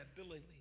ability